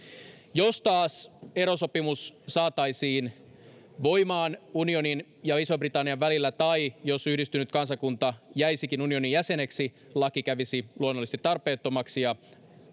jos taas erosopimus saataisiin voimaan unionin ja ison britannian välillä tai jos yhdistynyt kansakunta jäisikin unionin jäseneksi laki kävisi luonnollisesti tarpeettomaksi ja